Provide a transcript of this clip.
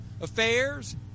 affairs